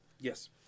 Yes